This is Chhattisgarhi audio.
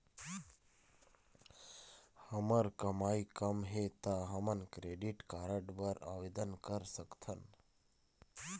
हमर कमाई कम हे ता हमन क्रेडिट कारड बर आवेदन कर सकथन?